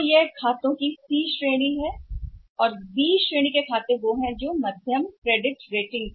तो वे खातों की सी श्रेणी हैं और बी श्रेणी के खाते हैं जो कह रहे हैं मध्यम क्रेडिट रेटिंग